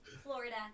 Florida